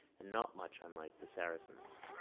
and not much unlike the saracens